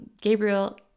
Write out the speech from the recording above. Gabriel